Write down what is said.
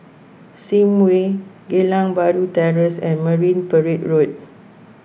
Sims Way Geylang Bahru Terrace and Marine Parade Road